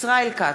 ישראל כץ,